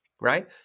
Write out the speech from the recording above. right